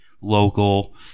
local